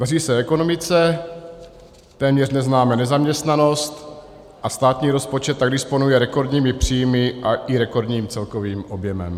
Daří se ekonomice, téměř neznáme nezaměstnanost, a státní rozpočet tak disponuje rekordními příjmy i rekordním celkovým objemem.